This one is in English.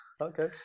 okay